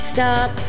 Stop